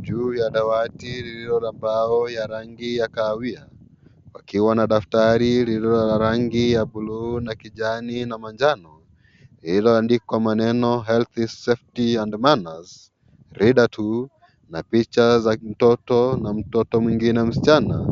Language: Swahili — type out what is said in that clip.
Juu ya dawati lililo na mbao ya rangi ya kahawia, akiwa na daftari la rangi ya blue na kijani na manjano, lililoandikwa maneno Health, Safety and Manners, Reader 2 na picha za mtoto na mtoto mwingine msichana